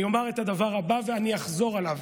אני אומר את הדבר הבא, ואני אחזור עליו.